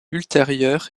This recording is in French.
ultérieur